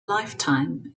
lifetime